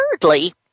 thirdly